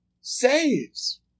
saves